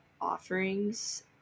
offerings